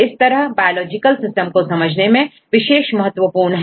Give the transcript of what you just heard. इस तरह biological system को समझने में विशेष महत्वपूर्ण है